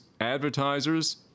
advertisers